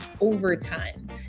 overtime